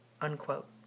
unquote